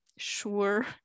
sure